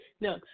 No